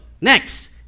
next